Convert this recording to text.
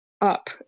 up